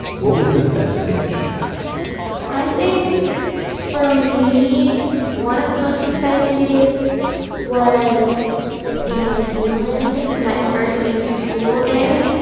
what was the best day that you had i think for me one of the most exciting days was in new zealand my first day of school there.